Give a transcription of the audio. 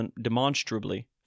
demonstrably